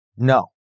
No